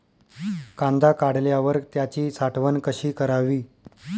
कांदा काढल्यावर त्याची साठवण कशी करावी?